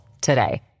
today